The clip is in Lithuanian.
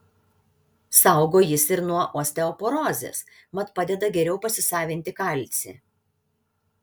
saugo jis ir nuo osteoporozės mat padeda geriau pasisavinti kalcį